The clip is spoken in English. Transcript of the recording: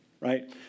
right